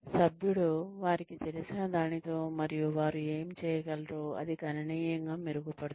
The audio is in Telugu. సభ్యుడు వారికి తెలిసిన దానితో మరియు వారు ఏమి చేయగలరో అది గణనీయంగా మెరుగుపడుతుంది